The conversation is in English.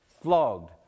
flogged